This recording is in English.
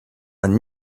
and